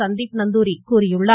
சந்தீப் நந்தூரி கூறியுள்ளார்